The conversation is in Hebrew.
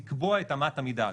לקבוע את אמת המידה הזאת?